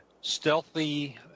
stealthy